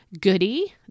goody